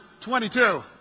22